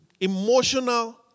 Emotional